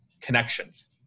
connections